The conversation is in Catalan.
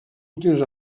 últims